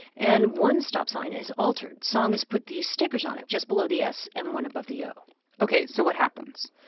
and one stop sign is altered. song has put these stickers on it just below the s and one above the o ok. so what happens?